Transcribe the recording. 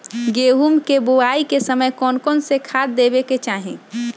गेंहू के बोआई के समय कौन कौन से खाद देवे के चाही?